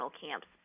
camps